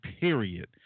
period